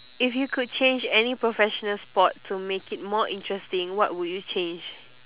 if you could change any professional sport to make it more interesting what would you change